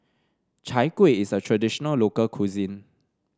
Chai Kueh is a traditional local cuisine